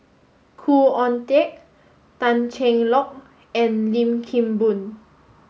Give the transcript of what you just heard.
Khoo Oon Teik Tan Cheng Lock and Lim Kim Boon